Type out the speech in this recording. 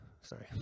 Sorry